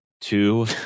two